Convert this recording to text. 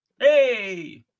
Hey